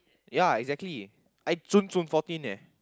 ya exactly I chun chun fourteen eh